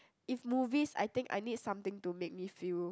if movies I think I need something to make me feel